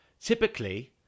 typically